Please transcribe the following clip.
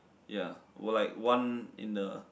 ya were like one in the